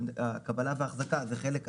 קבלה ואחזקה זה חלק,